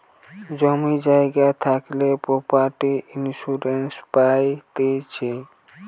জমি জায়গা থাকলে প্রপার্টি ইন্সুরেন্স পাইতিছে